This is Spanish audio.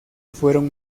fueron